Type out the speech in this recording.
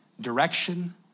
direction